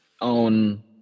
own